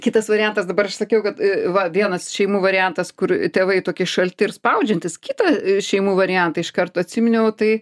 kitas variantas dabar aš sakiau kad va vienas šeimų variantas kur tėvai tokie šalti ir spaudžiantys kitą šeimų variantą iš karto atsiminiau tai